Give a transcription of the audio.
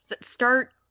Start